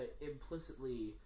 implicitly